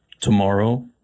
tomorrow